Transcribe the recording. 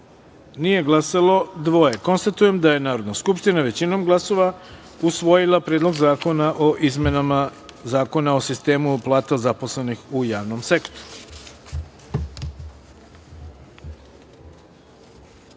nije glasalo dvoje. Konstatujem da je Narodna skupština većinom glasova usvojila Predlog zakona o izmenama Zakona o sistemu plata zaposlenih u javnom sektoru. Treća